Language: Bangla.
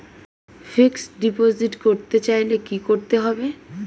ফিক্সডডিপোজিট করতে চাইলে কি করতে হবে?